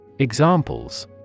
Examples